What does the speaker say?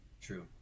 True